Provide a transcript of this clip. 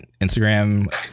instagram